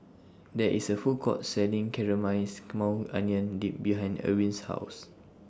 There IS A Food Court Selling Caramelized Maui Onion Dip behind Erwin's House